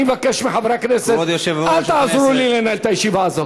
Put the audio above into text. אני מבקש מחברי הכנסת: אל תעזרו לי לנהל את הישיבה הזאת.